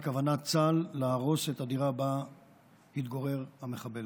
על כוונות צה"ל להרוס את הדירה שבה התגורר המחבל.